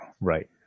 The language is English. right